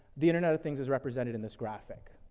the internet of things is represented in this graphic.